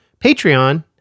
Patreon